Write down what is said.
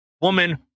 woman